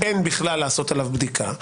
אין בכלל לעשות עליו בדיקה.